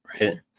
Right